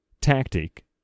tactic